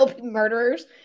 murderers